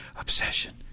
Obsession